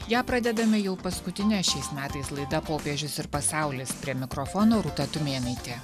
ją pradedame jau paskutine šiais metais laida popiežius ir pasaulis prie mikrofono rūta tumėnaitė